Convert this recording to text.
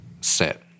set